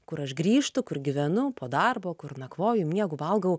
kur aš grįžtu kur gyvenau po darbo kur nakvoju miegu valgau